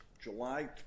July